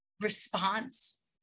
response